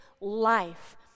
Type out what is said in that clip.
life